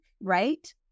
right